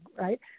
right